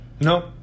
No